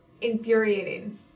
infuriating